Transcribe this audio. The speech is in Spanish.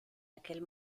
aquel